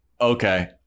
okay